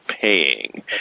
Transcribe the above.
paying